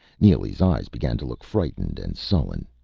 neely's eyes began to look frightened and sullen.